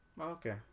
Okay